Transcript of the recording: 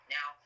Now